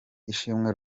ishimwe